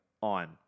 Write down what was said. on